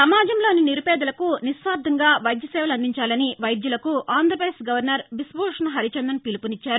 సమాజంలోని నిరుపేదలకు నిస్వార్దంగా వైద్య సేవలు అందించాలని వైద్యులకు ఆంధ్ర ప్రదేశ్ గవర్నర్ బిశ్వభూషణ్ హరిచందన్ పిలుపునిచ్చారు